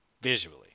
Visually